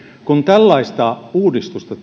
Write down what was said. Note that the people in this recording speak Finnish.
kun tällaista uudistusta